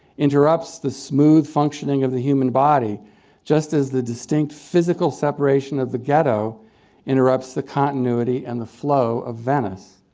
interrupts the smooth functioning of the human body just as the distinct physical separation of the ghetto interrupts the continuity and the flow of venice.